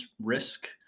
risk